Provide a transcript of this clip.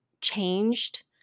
changed –